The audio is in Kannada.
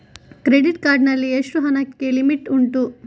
ಕ್ರೆಡಿಟ್ ಕಾರ್ಡ್ ನಲ್ಲಿ ಎಷ್ಟು ಹಣಕ್ಕೆ ಲಿಮಿಟ್ ಉಂಟು?